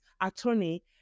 attorney